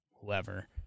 whoever